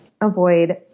avoid